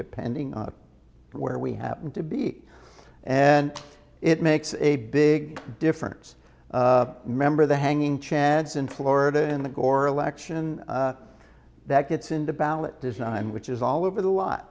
depending on where we happen to be and it makes a big difference member of the hanging chads in florida in the gore election that gets into ballot design which is all over the l